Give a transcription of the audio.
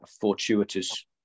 fortuitous